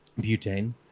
butane